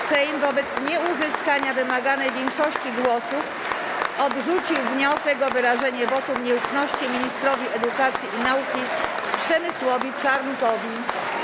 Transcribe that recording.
Sejm wobec nieuzyskania wymaganej większości głosów odrzucił wniosek o wyrażenie wotum nieufności ministrowi edukacji i nauki Przemysłowi Czarnkowi.